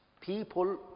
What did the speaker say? People